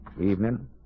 Evening